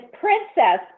Princess